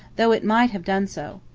though it might have done so.